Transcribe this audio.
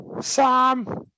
Sam